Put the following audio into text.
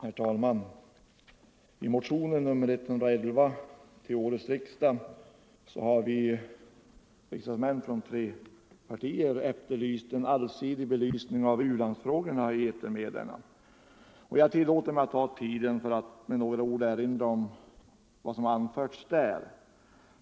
Herr talman! I motionen 111 till årets riksdag har jag tillsammans frågorna i etermedierna, och jag tillåter mig att ta ledamöternas tid i anspråk för att med några ord erinra om vad som har anförts där.